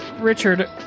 Richard